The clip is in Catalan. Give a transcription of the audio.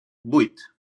vuit